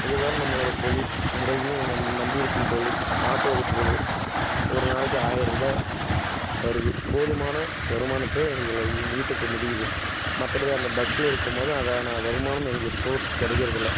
இதுதான் நம்மளோட தொழில் முறையிலும் நம் நம்பி இருக்கும் தொழில் ஆட்டோ ஓட்டுறது ஒரு நாளைக்கு ஆயிரம் ரூபாய் வருது போதுமான வருமானத்தை இதில் ஈட்டிக்க முடியுது மற்றபடி அந்த பஸ்சில் இருக்கும்போது அதான் வருமானம் எங்களுக்கு சோர்ஸ் கிடைக்கிறதில்ல